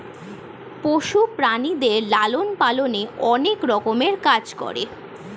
পশু প্রাণীদের লালন পালনে অনেক রকমের কাজ করে